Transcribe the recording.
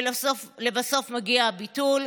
ולבסוף מגיע הביטול,